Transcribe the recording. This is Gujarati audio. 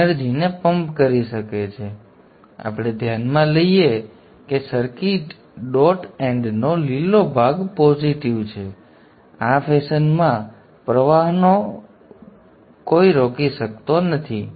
ચાલો આપણે ધ્યાનમાં લઈએ કે સર્કિટ ડોટ એન્ડનો લીલો ભાગ પોઝિટિવ છે આ ફેશનમાં પ્રવાહનો પ્રવાહ હોઈ શકતો નથી